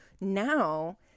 now